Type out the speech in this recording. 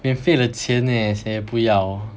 免费的钱 leh 谁不要